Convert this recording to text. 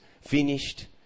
finished